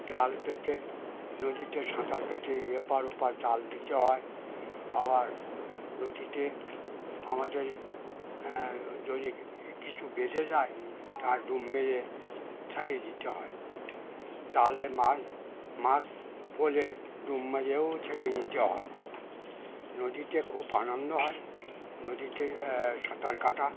জাল পেতে নদীতে সাঁতার কাটিয়ে এপার ওপার জাল দিতে হয় আবার নদীতে আমাদের যদি কিছু বেঁধে যায় তা ডুব মেরে ছাড়িয়ে দিতে হয় জালে মাছ মাছ পড়লে ডুম মেরেও ছাড়িয়ে নিতে হয় নদীতে খুব আনন্দ হয় নদীতে সাঁতার কাটা